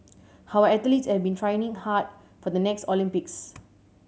our athletes have been training hard for the next Olympics